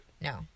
No